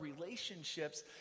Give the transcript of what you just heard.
relationships